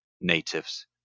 natives